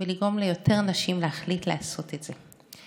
ולגרום ליותר נשים להחליט לעשות את זה.